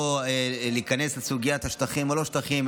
או כניסה לסוגיית השטחים או לא שטחים,